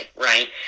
Right